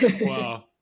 Wow